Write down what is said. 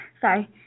sorry